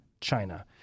China